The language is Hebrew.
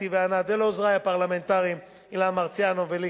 אתי וענת ולעוזרי הפרלמנטריים אילן מרסיאנו ולי